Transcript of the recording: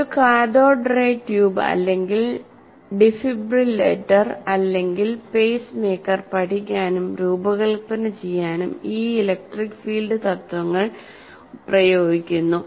ഒരു cathode ray tube അല്ലെങ്കിൽ defibrillator അല്ലെങ്കിൽ പേസ് മേക്കർ പഠിക്കാനും രൂപകൽപ്പന ചെയ്യാനും ഈ ഇലക്ട്രിക് ഫീൽഡ് തത്വങ്ങൾ പ്രയോഗിക്കുന്നു